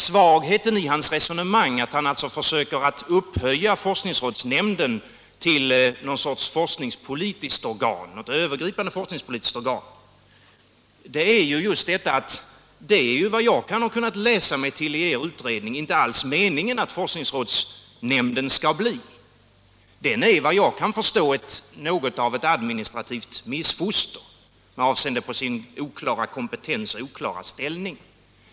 Svagheten i herr Sundgrens resonemang, att han försöker upphöja forskningsrådsnämnden till ett övergripande forskningspolitiskt organ, är just detta att det enligt vad jag kunnat läsa mig till i er utredning inte alls är meningen att forskningsrådsnämnden skall bli det. Den är efter vad jag kan förstå något av ett administrativt missfoster med avseende på sin oklara kompetens och sin oklara ställning.